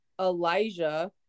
Elijah